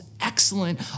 excellent